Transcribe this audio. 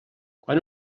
quan